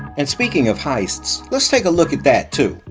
and speaking of heists, let's take a look at that too.